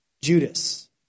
Judas